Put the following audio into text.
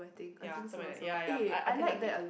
ya something like that ya ya I I didn't like it